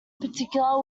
particular